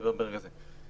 מדבר ברגע זה.